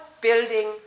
building